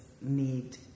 need